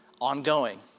ongoing